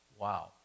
Wow